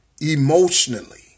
emotionally